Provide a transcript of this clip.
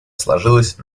сложилась